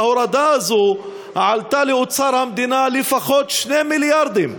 ההורדה הזאת עלתה לאוצר המדינה לפחות 2 מיליארדים,